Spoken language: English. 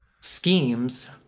schemes